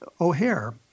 O'Hare